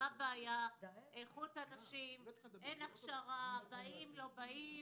איכות האנשים, אין הכשרה, באים/לא באים.